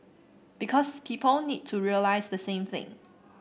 because people need to realise the same thing